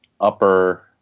upper